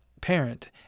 parent